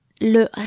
le